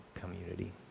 community